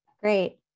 Great